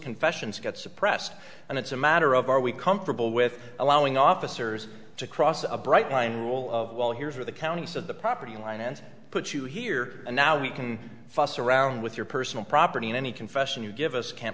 confessions get suppressed and it's a matter of are we comfortable with allowing officers to cross a bright line rule of well here's where the county said the property line and put you here and now we can fuss around with your personal property and any confession you give us can't